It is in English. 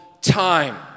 time